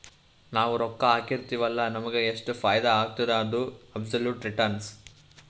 ನಾವ್ ರೊಕ್ಕಾ ಹಾಕಿರ್ತಿವ್ ಅಲ್ಲ ನಮುಗ್ ಎಷ್ಟ ಫೈದಾ ಆತ್ತುದ ಅದು ಅಬ್ಸೊಲುಟ್ ರಿಟರ್ನ್